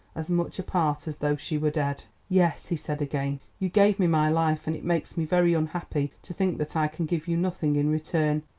as much apart as though she were dead. yes, he said again, you gave me my life, and it makes me very unhappy to think that i can give you nothing in return.